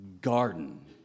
garden